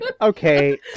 okay